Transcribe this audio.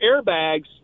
airbags